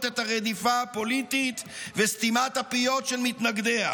את הרדיפה הפוליטית וסתימת הפיות של מתנגדיה,